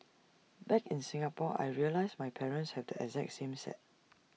back in Singapore I realised my parents have the exact same set